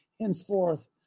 henceforth